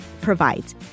provides